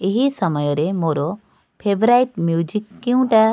ଏହି ସମୟରେ ମୋର ଫେଭରାଇଟ୍ ମ୍ୟୁଜିକ୍ କେଉଁଟା